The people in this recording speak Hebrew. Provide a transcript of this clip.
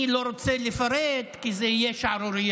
אני לא רוצה לפרט, כי זו תהיה שערורייה,